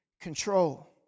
control